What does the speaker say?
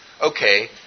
okay